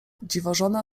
dziwożona